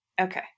Okay